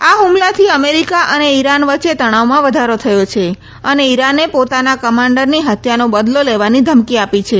આ ફુમલાથી અમેરીકા અને ઇરાન વચ્ચે તણાવમાં વધારો થયો છે અને ઇરાને પોતાના કમાંડરની હત્યાનો બદલો લેવાની ધમકી આપી છે